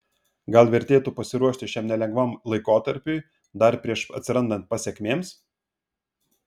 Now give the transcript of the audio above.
gal vertėtų pasiruošti šiam nelengvam laikotarpiui dar prieš atsirandant pasekmėms